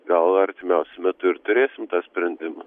gal artimiausiu metu ir turėsim tą sprendimą